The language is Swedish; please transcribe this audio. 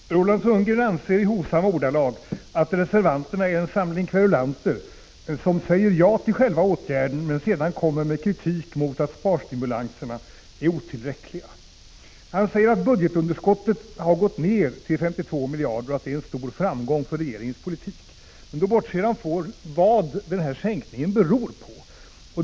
Herr talman! Roland Sundgren anser i hovsamma ordalag att reservanterna är en samling kverulanter, som säger ja till själva åtgärden men sedan kommer med kritik mot att sparstimulanserna är otillräckliga. Han säger vidare att budgetunderskottet har gått ner till 52 miljarder och att det är en stor framgång för regeringens politik. Men då bortser han från vad den minskningen beror på.